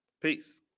peace